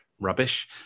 rubbish